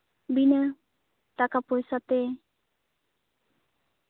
ᱵᱤᱱᱟᱹ ᱴᱟᱠᱟ ᱯᱚᱭᱥᱟ ᱛᱮ